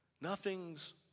Nothing's